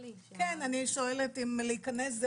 כן, אני שואלת אם להיכנס.